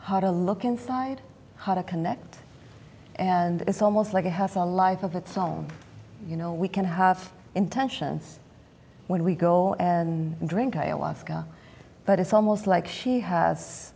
to look inside how to connect and it's almost like i have a life of its own you know we can have intentions when we go and drink i alaska but it's almost like she has